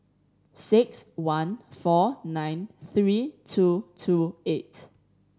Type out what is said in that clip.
six one four nine three two two eight